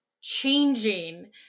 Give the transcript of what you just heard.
changing